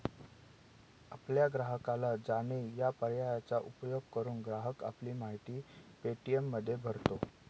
आपल्या ग्राहकाला जाणे या पर्यायाचा उपयोग करून, ग्राहक आपली माहिती पे.टी.एममध्ये भरतो